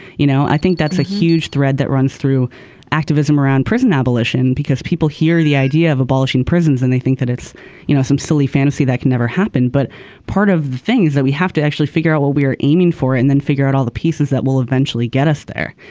you know i think that's a huge thread that runs through activism around prison abolition because people hear the idea of abolishing prisons and they think that it's you know some silly fantasy that can never happen. but part of the things that we have to actually figure out what we are aiming for and then figure out all the pieces that will eventually get us there.